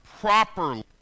properly